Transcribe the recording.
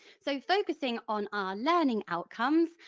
so focusing on our learning outcomes,